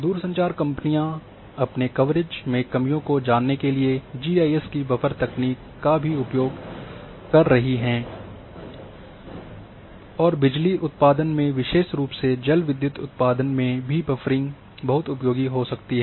दूरसंचार कंपनियां अपने कवरेज में कमियों को जानने के लिए जी आई एस की बफर तकनीक का भी उपयोग कर रही हैं और बिजली उत्पादन में विशेष रूप से जल विद्युत उत्पादन में भी बफरिंग बहुत उपयोगी हो सकती है